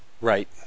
Right